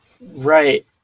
Right